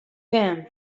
him